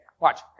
Watch